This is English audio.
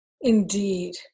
Indeed